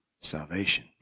salvation